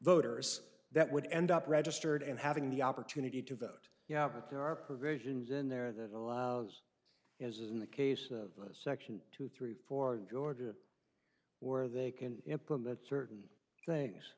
voters that would end up registered and having the opportunity to vote yeah but there are provisions in there that allows as in the case of section two through four georgia where they can implement certain things